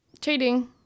cheating